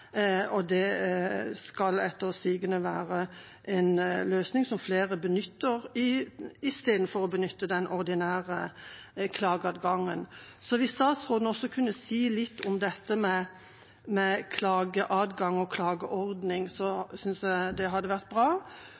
Det skal etter sigende være en løsning som flere benytter seg av, istedenfor å benytte den ordinære klageordningen. Hvis statsråden også kunne si litt om klageadgang og klageordning, hadde det vært bra. Det har i denne debatten i det offentlige rommet også vært